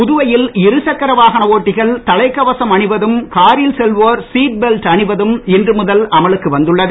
புதுவையில் இருசக்கர வாகன ஓட்டிகள் தலை கவசம் அணிவதும் காரில் செல்வோர் சீட் பெல்ட் அணிவதும் இன்று முதல் அமலுக்கு வந்துள்ளது